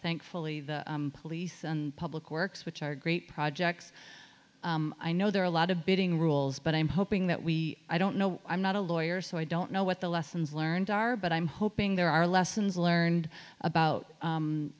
thankfully the police and public works which are great projects i know there are a lot of bidding rules but i'm hoping that we i don't know i'm not a lawyer so i don't know what the lessons learned are but i'm hoping there are lessons learned about